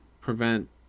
prevent